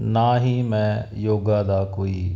ਨਾ ਹੀ ਮੈਂ ਯੋਗਾ ਦਾ ਕੋਈ